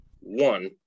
one